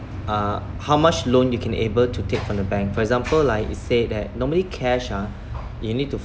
uh how much loan you can able to take from the bank for example like you said that normally cash ah you need to